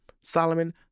Solomon